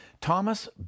Thomas